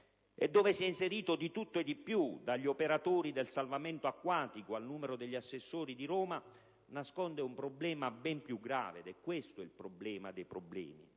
e dove si è inserito di tutto e di più (dagli operatori del salvamento acquatico al numero degli assessori di Roma) nasconde un problema ben più grave, che è il problema dei problemi: